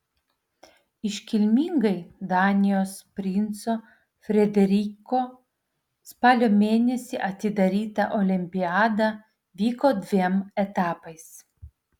iškilmingai danijos princo frederiko spalio mėnesį atidaryta olimpiada vyko dviem etapais